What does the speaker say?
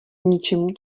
ničemu